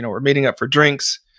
and we're meeting up for drinks.